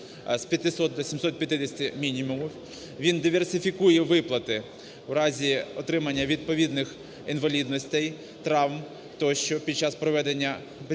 Він диверсифікує виплати в разі отримання відповідних інвалідностей, травм тощо під час проведення...